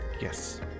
Yes